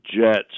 Jets